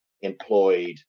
employed